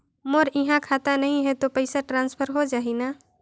मोर इहां खाता नहीं है तो पइसा ट्रांसफर हो जाही न?